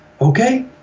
okay